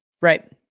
right